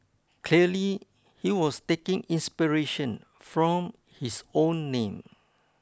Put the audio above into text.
clearly he was taking inspiration from his own name